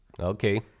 Okay